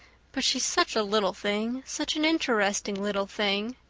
but she's such a little thing such an interesting little thing.